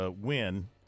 win